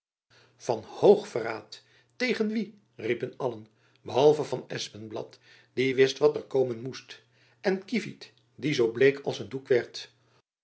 van hoog verraad tegen wie riepen allen behalve van espenblad die wist wat er komen moest en kievit die zoo bleek als een doek werd